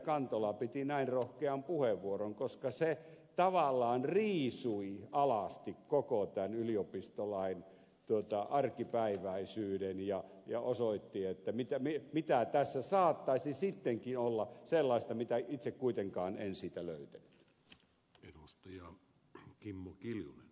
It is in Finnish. kantola piti näin rohkean puheenvuoron koska se tavallaan riisui alasti koko tämän yliopistolain arkipäiväisyyden ja osoitti mitä tässä saattaisi sittenkin olla sellaista mitä itse kuitenkaan en siitä löytänyt